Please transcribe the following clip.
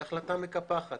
היא מקפחת